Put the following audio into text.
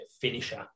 finisher